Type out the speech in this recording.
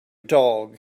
dog